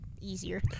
easier